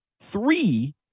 Three